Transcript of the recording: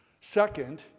Second